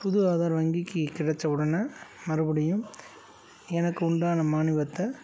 புது ஆதார் வங்கிக்கு கெடைச்ச உடனே மறுபடியும் எனக்கு உண்டான மானியத்த